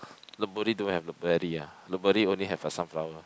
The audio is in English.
don't have only have a sunflower